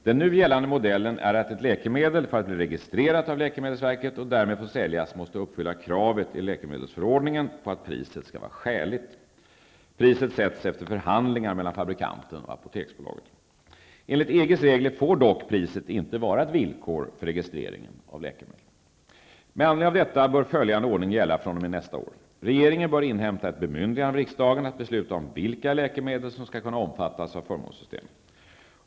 Den nu gällande modellen är att ett läkemedel för att bli registrerat av läkemedelsverket och därmed få säljas måste uppfylla kravet i läkemedelsförordningen på att priset skall vara skäligt. Priset åsätts efter förhandlingar mellan fabrikanten och Apoteksbolaget. Enligt EG:s regler får dock priset inte vara ett villkor för registrering av läkemedel. Med anledning härav bör följande ordning gälla fr.o.m. år 1993. Regeringen bör inhämta ett bemyndigande av riksdagen att besluta om vilka läkemedel som skall kunna omfattas av förmånssystemet.